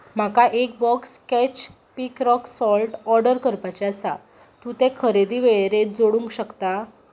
म्हाका एक box catch pick rock salt order करपाचें आसा तूं तें खरेदी वेळेरेत जोडूंक शकता